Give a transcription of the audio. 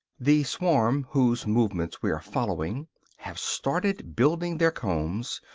the swarm whose movements we are following have started building their combs,